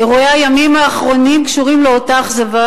אירועי הימים האחרונים קשורים לאותה אכזבה